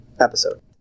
episode